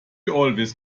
always